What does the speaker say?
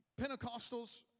Pentecostals